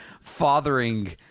fathering